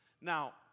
Now